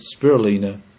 spirulina